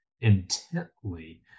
intently